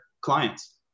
clients